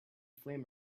flame